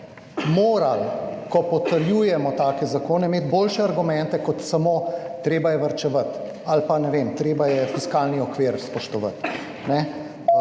morali, ko potrjujemo take zakone, imeti boljše argumente kot samo »treba je varčevati« ali pa »treba je fiskalni okvir spoštovati«.